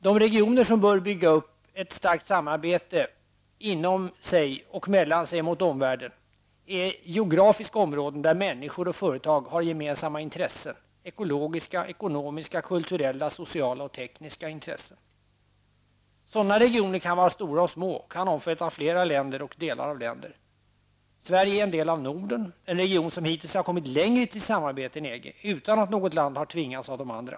De regioner där man bör bygga upp ett starkt samarbete inom regionen och mellan regionen och omvärlden, är geografiska områden där människor och företag har gemensamma intressen: ekologiska, ekonomiska, kulturella, sociala och tekniska intressen. Sådana regioner kan vara stora och små, kan omfatta flera länder och delar av länder. Sverige är en del av Norden, en region som hittills har kommit längre i sitt samarbete än EG -- utan att något land har tvingats av de andra.